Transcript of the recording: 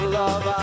love